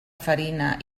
farina